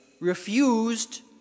refused